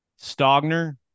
Stogner